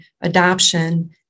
adoption